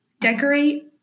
decorate